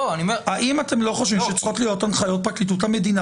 האם אתם לא חושבים שצריכות להיות הנחיות פרקליטות המדינה